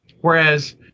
whereas